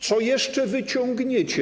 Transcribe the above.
Co jeszcze wyciągniecie?